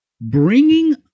bringing